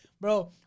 Bro